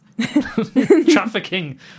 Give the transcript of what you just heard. trafficking